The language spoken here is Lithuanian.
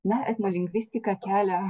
na etnolingvistika kelia